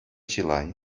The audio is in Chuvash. чылай